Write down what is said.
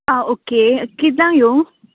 आं ओके कितल्यांक येवं